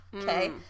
okay